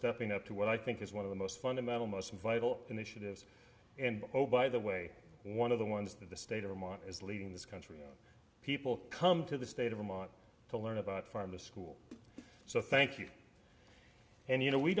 stepping up to what i think is one of the most fundamental most vital initiatives and oh by the way one of the ones that the state of mind is leading this country and people come to the state of vermont to learn about farm the school so thank you and you know we